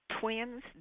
twins